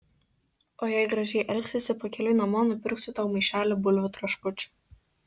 o jei gražiai elgsiesi pakeliui namo nupirksiu tau maišelį bulvių traškučių